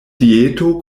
dieto